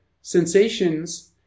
sensations